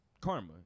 karma